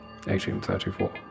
1834